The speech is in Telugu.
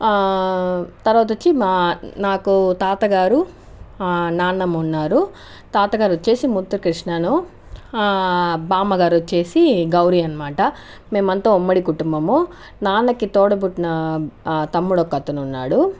తరువాత వచ్చి మా నాకు తాతగారు నాన్నమ్మ ఉన్నారు తాత గారు వచ్చి ముత్తుకృష్ణన్ బామ్మగారు వచ్చి గౌరీ అన్నమాట మేమంతా ఉమ్మడి కుటుంబము నాన్నకి తోడబుట్టిన తమ్ముడు ఒకతను ఉన్నాడు